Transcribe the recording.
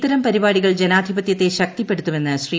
ഇത്തരം പരിപാടികൾ ജനാധിപത്യത്തെ ശക്തിപ്പെടുത്തുമെന്ന് ശ്രീ